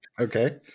Okay